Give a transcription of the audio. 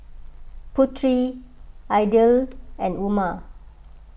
Putri Aidil and Umar